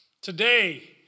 Today